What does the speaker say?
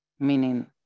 meaning